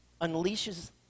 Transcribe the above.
unleashes